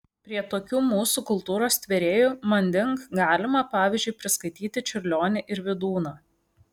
prie tokių mūsų kultūros tvėrėjų manding galima pavyzdžiui priskaityti čiurlionį ir vydūną